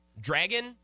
dragon